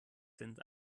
sind